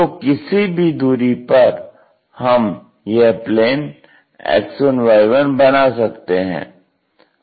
तो किसी भी दूरी पर हम यह प्लेन X1Y1 बना सकते हैं